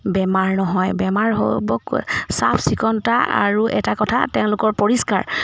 বেমাৰ নহয় বেমাৰ হ'ব চাফ চিকুণতা আৰু এটা কথা তেওঁলোকৰ পৰিষ্কাৰ